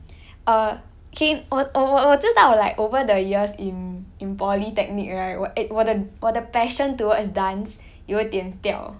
err 我我我知道 like over the years in in polytechnic right 我 eh 我的我的 passion towards dance 有一点掉